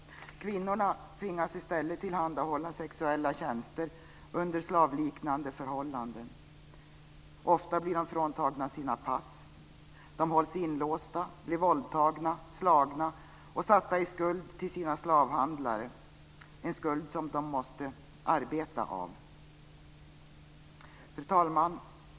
Kvinnorna tvingas i stället tillhandahålla sexuella tjänster under slavliknande förhållanden. Ofta blir de fråntagna sina pass. De hålls inlåsta, blir våldtagna, slagna och satta i skuld till sina slavhandlare, en skuld som de måste Fru talman!